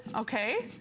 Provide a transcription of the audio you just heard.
okay?